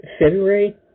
February